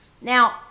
Now